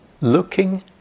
looking